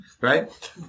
right